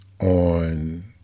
on